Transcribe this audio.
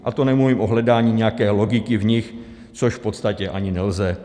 A to nemluvím o hledání nějaké logiky v nich, což v podstatě ani nelze.